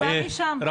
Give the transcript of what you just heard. כי זה בא משם.